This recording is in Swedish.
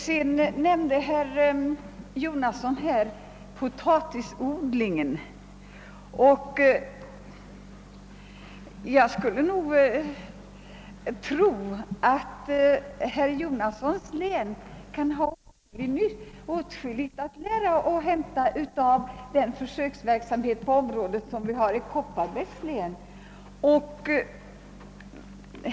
Herr Jonasson talade om vikten av försöksverksamhet när det gäller speciella odlingar, t.ex. den potatisodling som förekommer i hans hemtrakter. Jag skulle tro att herr Jonassons län kan ha åtskilligt att lära av den försöksverksamhet på området som vi har i Kopparbergs län.